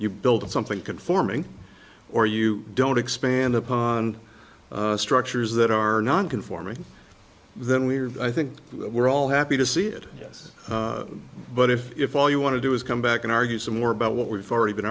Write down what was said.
you build something conforming or you don't expand upon structures that are not conforming then we're i think we're all happy to see it yes but if all you want to do is come back and argue some more about what we've already been